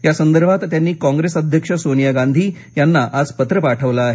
या संदर्भात त्यांनी कॉंग्रेस अध्यक्ष सोनिया गांधी यांना आज पत्र पाठवलं आहे